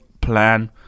plan